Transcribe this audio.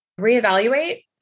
reevaluate